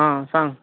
आं सांग